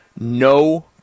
no